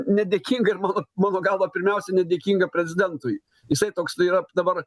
nedėkinga ir mano mano galva pirmiausia nedėkinga prezidentui jisai toks yra dabar